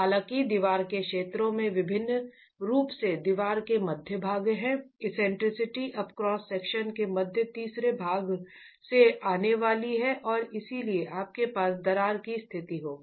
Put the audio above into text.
हालांकि दीवार के क्षेत्रों में विशेष रूप से दीवार के मध्य भाग में एक्सेंट्रिसिटी अब क्रॉस सेक्शन के मध्य तीसरे भाग से आगे होने वाली है और इसलिए आपके पास दरार की स्थिति होगी